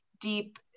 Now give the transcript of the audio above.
deep